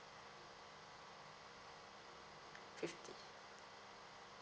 fifty